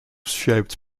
shaped